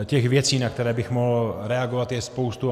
Těch věcí, na které bych mohl reagovat, je spousta.